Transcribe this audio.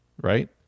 Right